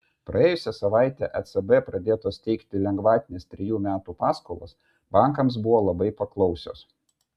praėjusią savaitę ecb pradėtos teikti lengvatinės trejų metų paskolos bankams buvo labai paklausios